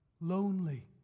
lonely